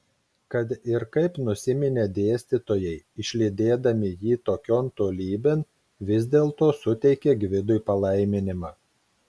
kad ir kaip nusiminė dėstytojai išlydėdami jį tokion tolybėn vis dėlto suteikė gvidui palaiminimą